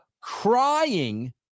crying